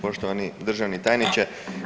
Poštovani državni tajniče.